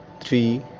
three